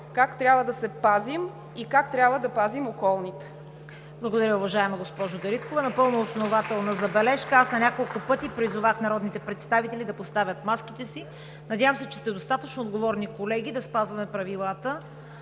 как трябва да се пазим и как трябва да пазим околните.